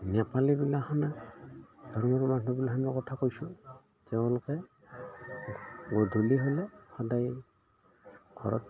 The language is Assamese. নেপালীবিলাখনে ধৰ্মৰ মানুহবিলাহেনৰ কথা কৈছোঁ তেওঁলোকে গধূলি হ'লে সদায় ঘৰত